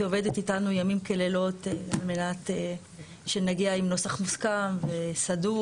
שעובדת איתנו ימים כלילות על מנת שנגיע עם נוסח מוסכם וסדור.